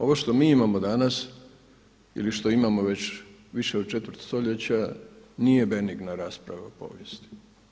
Ovo što mi imamo danas ili što imamo već više od četvrt stoljeća nije benigna rasprava o povijesti.